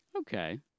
Okay